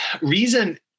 reason